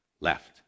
Left